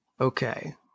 Okay